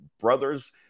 brothers